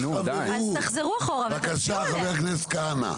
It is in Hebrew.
בבקשה, חבר הכנסת כהנא.